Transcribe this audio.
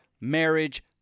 marriage